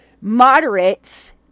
moderates